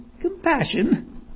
compassion